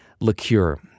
liqueur